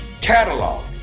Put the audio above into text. catalog